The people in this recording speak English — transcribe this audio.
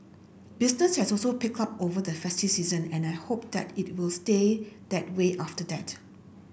business has also picked up over the festive season and I hope that it will stay that way after that